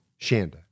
Shanda